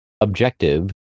Objective